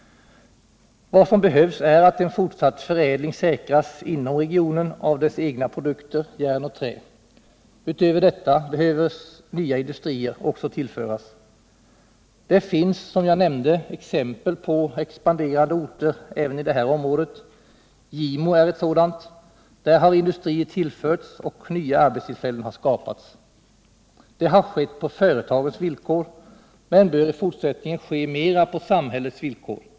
Vad som behövs är att en fortsatt förädling av egna produkter, järn och trä, säkras inom regionen. Utöver detta behöver nya industrier tillföras. Det finns, som jag nämnde, exempel på expanderande orter även inom det här området. Gimo är en sådan. Där har industrier tillförts och nya arbetstillfällen skapats. Det har skett på företagens villkor, men bör i fortsättningen ske mera på samhällets villkor.